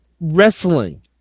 wrestling